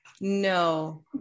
No